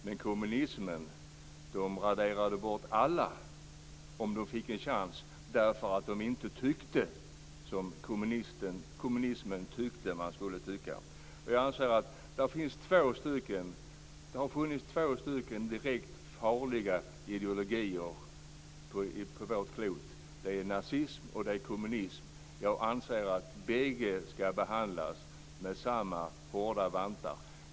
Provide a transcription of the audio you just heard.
Men kommunismen raderade bort alla om den fick en chans därför att de inte tyckte som kommunismen tyckte att man skulle tycka. Det har funnits två direkt farliga ideologier på vårt klot. Det är nazism, och det är kommunism. Jag anser att bägge ska behandlas med samma hårda vantar.